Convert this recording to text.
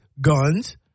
guns